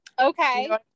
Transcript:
okay